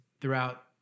throughout